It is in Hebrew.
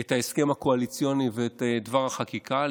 את ההסכם הקואליציוני ואת דבר החקיקה,